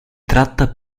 tratta